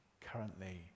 currently